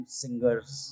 singers